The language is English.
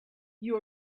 you